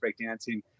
breakdancing